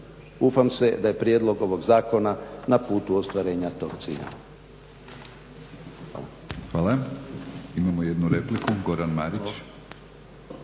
Ufam se da je prijedlog ovog zakona na putu ostvarenja tog cilja.